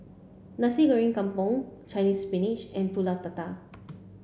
Nasi Goreng Kampung Chinese spinach and Pulut Tatal